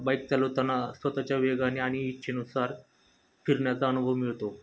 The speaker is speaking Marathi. बाईक चालवताना स्वतःच्या वेगाने आणि इच्छेनुसार फिरण्याचा अनुभव मिळतो